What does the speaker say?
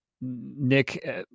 Nick